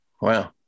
Wow